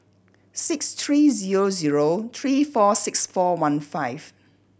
six three zero zero three four six four one five